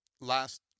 last